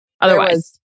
otherwise